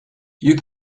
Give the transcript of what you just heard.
you